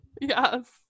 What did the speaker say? Yes